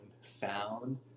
sound